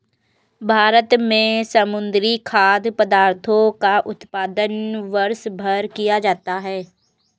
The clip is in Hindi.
भारत में समुद्री खाद्य पदार्थों का उत्पादन वर्षभर किया जाता है